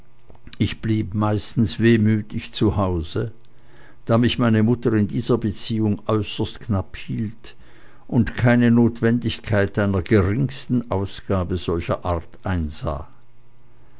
ich blieb meistens wehmütig zu hause da mich meine mutter in dieser beziehung äußerst knapp hielt und keine notwendigkeit einer geringsten ausgabe solcher art einsah